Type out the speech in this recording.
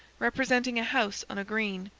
representing a house on a green.